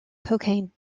cocaine